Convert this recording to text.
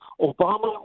Obama